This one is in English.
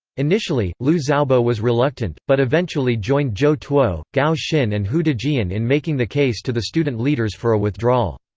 initially, liu xiaobo was reluctant, but eventually joined zhou tuo, gao xin and hou dejian in making the case to the student leaders for a withdrawal.